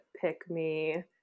pick-me